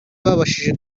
babashije